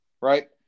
right